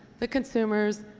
the consumers,